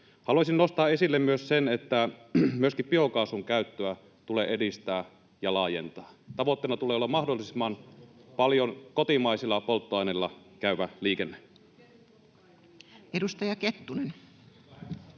Haluaisin nostaa esille, että myöskin biokaasun käyttöä tulee edistää ja laajentaa. Tavoitteena tulee olla mahdollisimman paljon kotimaisilla polttoaineilla käyvä liikenne. [Jussi